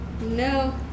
No